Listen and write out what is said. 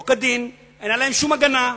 לא כדין, אין עליהם שום הגנה,